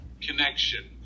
connection